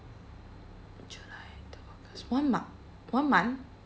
july to august one month one month